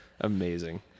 amazing